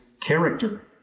character